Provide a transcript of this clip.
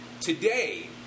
today